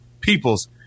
peoples